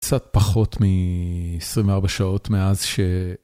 קצת פחות מ-24 שעות מאז ש..